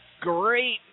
great